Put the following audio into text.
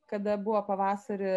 kada buvo pavasarį